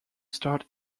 start